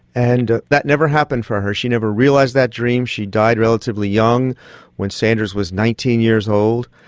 and that never happened for her, she never realised that dream. she died relatively young when sanders was nineteen years old,